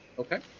okay.